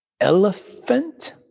Elephant